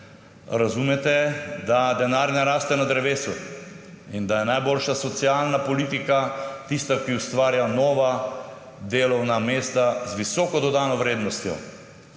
razumete, da denar ne raste na drevesu in da je najboljša socialna politika tista, ki ustvarja nova delovna mesta z visoko dodano vrednostjo.